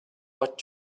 what